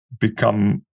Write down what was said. become